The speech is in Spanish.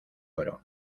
oro